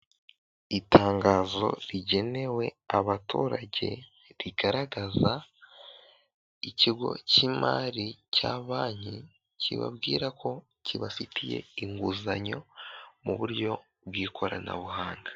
Itangazo rigenewe abaturage rigaragaza ikigo cy'imari cya banki, kibabwira ko kibafitiye inguzanyo mu buryo bw'ikoranabuhanga.